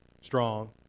strong